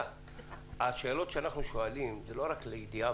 השאלות שאנחנו שואלים אינן רק לידיעה,